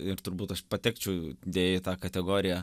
ir turbūt aš patekčiau deja į tą kategoriją